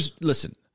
Listen